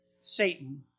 Satan